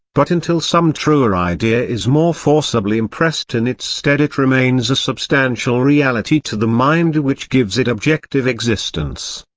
but until some truer idea is more forcibly impressed in its stead it remains a substantial reality to the mind which gives it objective existence.